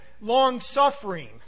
long-suffering